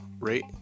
rate